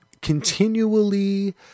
continually